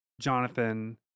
Jonathan